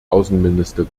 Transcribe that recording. außenminister